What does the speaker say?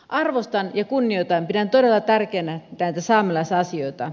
arvostan ja kunnioitan pidän todella tärkeänä näitä saamelaisasioita